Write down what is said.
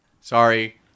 Sorry